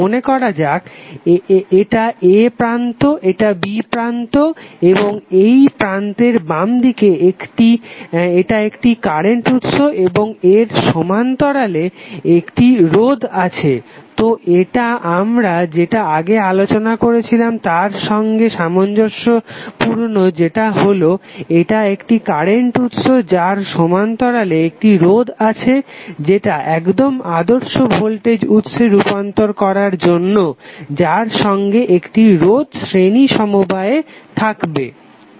মনেকরা যাক এটা a প্রান্ত এটা b প্রান্ত এবং এই প্রান্তের বামদিকে এটা একটি কারেন্ট উৎস এবং এর সমান্তরালে একটি রোধ আছে তো এটা আমরা যেটা আগে আলোচনা করেছিলাম তার সঙ্গে সামঞ্জস্যপূর্ণ যেটা হলো এটা একটি কারেন্ট উৎস যার সমান্তরালে একটি রোধ আছে যেটা একদম আদর্শ ভোল্টেজ উৎসে রূপান্তর করার জন্য যার সঙ্গে একটি রোধ শ্রেণী সমবায়ে থাকবে